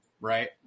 right